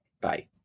Bye